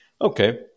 Okay